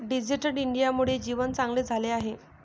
digital इंडियामुळे जीवन चांगले झाले आहे